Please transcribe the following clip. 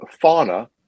fauna